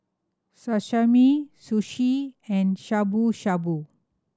Sashimi Sushi and Shabu Shabu